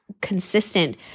consistent